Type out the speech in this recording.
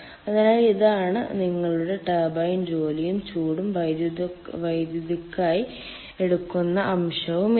അതിനാൽ ഇതാണ് നിങ്ങളുടെ ടർബൈൻ ജോലിയും ചൂടും വൈദ്യുതിക്കായി എടുക്കുന്ന അംശവും ഇതാണ്